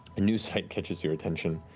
new sight catches your attention.